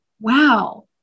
wow